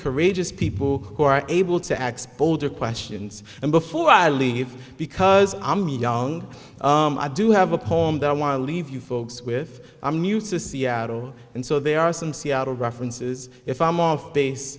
courageous people who are able to access bolder questions and before i leave because i'm young i do have a poem that i want to leave you folks with i'm used to seattle and so they are some seattle references if i'm